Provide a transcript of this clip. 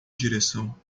direção